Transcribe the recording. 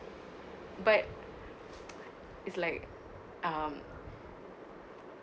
but it's like um